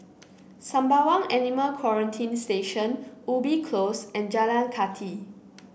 Sembawang Animal Quarantine Station Ubi Close and Jalan Kathi